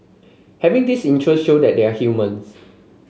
having this interest show that they are humans